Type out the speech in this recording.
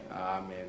Amen